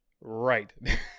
Right